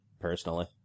personally